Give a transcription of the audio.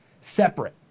separate